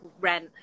rent